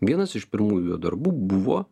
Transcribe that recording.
vienas iš pirmųjų jo darbų buvo